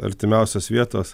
artimiausios vietos